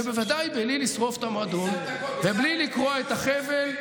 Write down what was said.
ובוודאי בלי לשרוף את המועדון ובלי לקרוע את החבל.